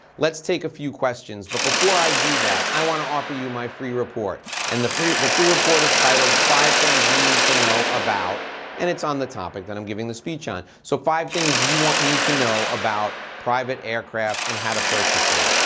let's take a few questions, but before i do that, i wanna offer you my free report and the free the free report is titled five things you need to know about and it's on the topic that i'm giving the speech on. so five things you want me to know about private aircraft and how to purchase then.